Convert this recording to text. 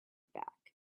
back